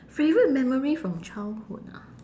favourite memory from childhood ah